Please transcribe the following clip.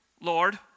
Lord